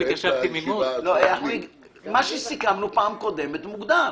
מה שסיכמנו בפעם הקודמת מוגדר.